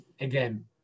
again